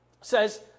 says